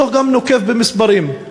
הדוח גם נוקב במספרים,